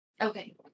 Okay